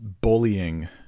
bullying